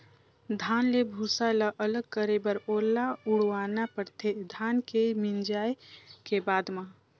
धान ले भूसा ल अलग करे बर ओला उड़वाना परथे धान के मिंजाए के बाद म